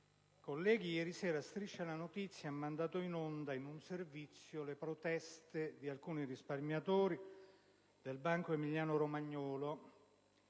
colleghi, ieri sera «Striscia la notizia» ha mandato in onda in un servizio le proteste di alcuni risparmiatori del Banco emiliano romagnolo